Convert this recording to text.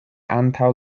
antaŭ